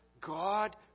God